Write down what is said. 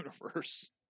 universe